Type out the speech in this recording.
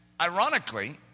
ironically